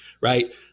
right